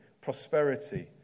prosperity